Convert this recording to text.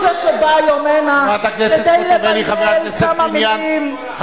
הוא זה שבא היום הנה כדי למלמל כמה מלים.